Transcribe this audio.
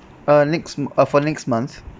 uh next uh for next month